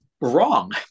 wrong